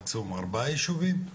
מקסימום ארבעה יישובים,